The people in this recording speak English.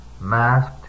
masked